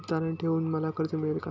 तारण ठेवून मला कर्ज मिळेल का?